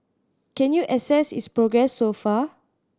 can you assess its progress so far